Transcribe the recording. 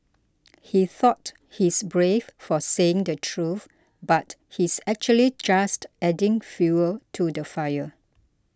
he thought he's brave for saying the truth but he's actually just adding fuel to the fire